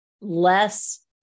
less